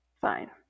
Fine